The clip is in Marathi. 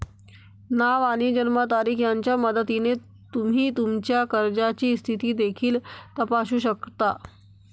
नाव आणि जन्मतारीख यांच्या मदतीने तुम्ही तुमच्या कर्जाची स्थिती देखील तपासू शकता